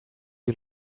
you